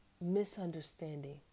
misunderstanding